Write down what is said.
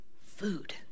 food